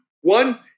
one